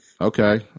okay